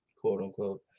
quote-unquote